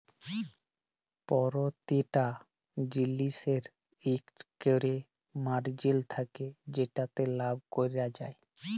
পরতিটা জিলিসের ইকট ক্যরে মারজিল থ্যাকে যেটতে লাভ ক্যরা যায়